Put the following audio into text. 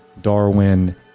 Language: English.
Darwin